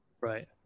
Right